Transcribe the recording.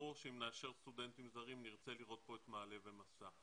ברור שאם נאשר סטודנטים זרים נרצה לראות פה את נעל"ה ו'מסע'.